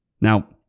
Now